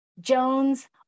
Jones